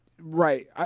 right